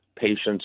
patients